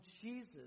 Jesus